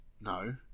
No